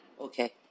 Okay